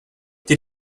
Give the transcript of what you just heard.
did